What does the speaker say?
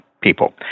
people